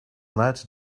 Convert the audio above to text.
that